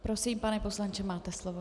Prosím, pane poslanče, máte slovo.